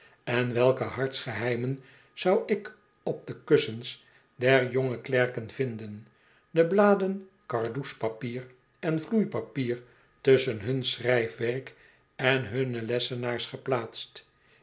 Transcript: en welke hartsgeheiraen zou ik op de kussens der jonge klerken vinden de bladen kardoespapier en vloeipapier tusschen hun schrijfwerk en hunne lessenaars geplaatst